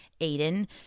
Aiden